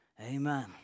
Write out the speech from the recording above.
Amen